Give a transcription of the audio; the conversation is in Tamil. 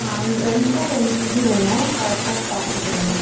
ஆ இது ரெண்டுமே டென் கேஜி வேணும் கரெக்டாக இதாக பார்த்துட்டு சொல்லுங்கள்